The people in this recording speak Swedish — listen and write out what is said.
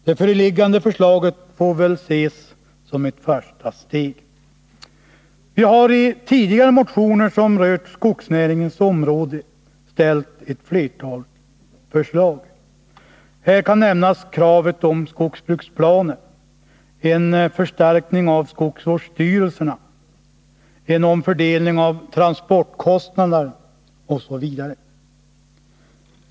Det föreliggande förslaget får väl ses som ett första steg. Vi har i tidigare motioner som rört skogsnäringens område ställt ett flertal förslag. Här kan nämnas kravet på skogsbruksplaner, förstärkning av skogsvårdsstyrelserna, omfördelning av transportkostnaderna osv.